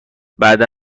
بعدا